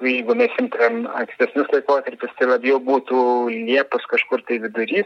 jeigu mes imtumėm ankstesnius laikotarpius jau būtų liepos kažkur tai vidury